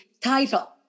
title